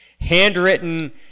handwritten